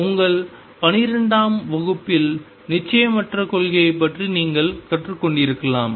உங்கள் 12 ஆம் வகுப்பில் நிச்சயமற்ற கொள்கையைப் பற்றி நீங்கள் கற்றுக்கொண்டிருக்கலாம்